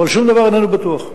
אבל שום דבר איננו בטוח.